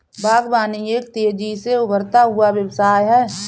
बागवानी एक तेज़ी से उभरता हुआ व्यवसाय है